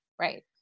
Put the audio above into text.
Right